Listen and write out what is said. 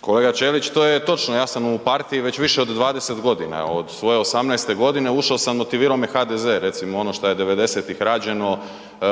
Kolega Ćelić to je točno ja sam u partiji već više od 20 godina, od svoje 18 godine ušao sam motivirao me je HDZ recimo ono što je '90. rađeno,